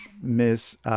Miss